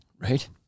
Right